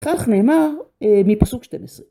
כך נאמר מפסוק 12.